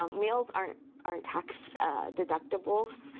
um meals aren't aren't tax deductible,